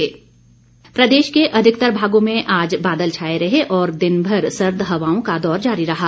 मौसम प्रदेश के अधिकतर भागों में आज बादल छाए रहे और दिनभर सर्द हवाओं का दौर जारी रहा